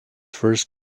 first